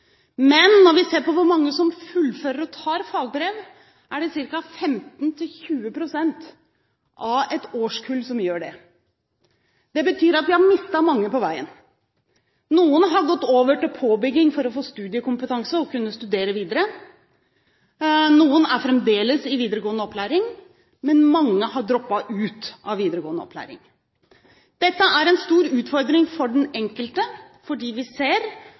Men når vi ser på hvor mange som fullfører, og tar fagbrev, er det ca. 15–20 pst. av et årskull som gjør det. Det betyr at vi har mistet mange på veien. Noen har gått over til påbygging for å få studiekompetanse og kunne studere videre. Noen er fremdeles i videregående opplæring, men mange har droppet ut av videregående opplæring. Dette er en stor utfordring for den enkelte, fordi vi ser